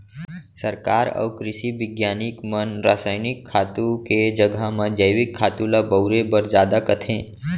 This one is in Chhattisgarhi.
सरकार अउ कृसि बिग्यानिक मन रसायनिक खातू के जघा म जैविक खातू ल बउरे बर जादा कथें